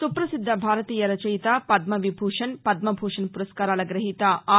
సుప్రసిద్ద భారతీయ రచయిత పద్మ విభూషణ్ పద్మభూషణ్ పురస్కారాల గ్రహీత ఆర్